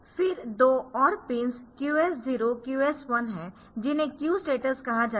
फिर 2 और pins QS 0 QS 1 है जिन्हें क्यू स्टेटस कहा जाता है